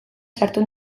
sartu